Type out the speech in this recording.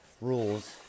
rules